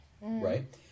right